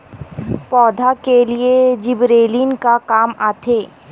पौधा के लिए जिबरेलीन का काम आथे?